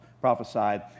prophesied